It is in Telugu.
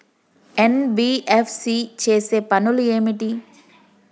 ఎన్.బి.ఎఫ్.సి చేసే పనులు ఏమిటి?